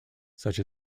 such